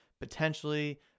potentially